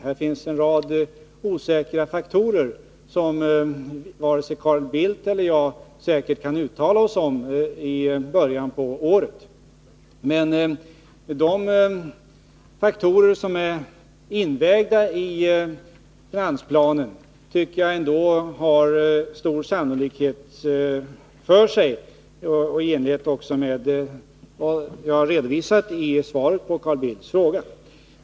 Det finns en rad osäkra faktorer, som varken Carl Bildt eller jag kan göra något uttalande om i början av året. Men att de faktorer är riktiga som är invägda i finansplanen tycker jag all sannolikhet talar för. Det är också i enlighet med vad jag har redovisat i svaret på Carl Bildts fråga.